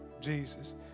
Jesus